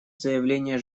заявление